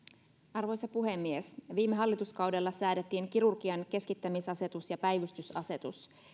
arvoisa puhemies viime hallituskaudella säädettiin kirurgian keskittämisasetus ja päivystysasetus